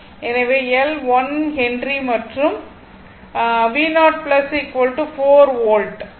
எனவே L 1 henry மற்றும் v0 4 volt ஆகும்